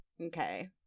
okay